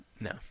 no